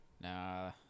Nah